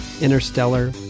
Interstellar